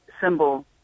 symbol